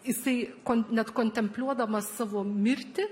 jisai kon net kontempliuodamas savo mirtį